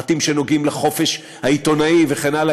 פרטים שנוגעים בחופש העיתונאי וכן הלאה.